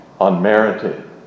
unmerited